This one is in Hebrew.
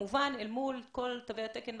כמובן אל מול כל תווי התקן,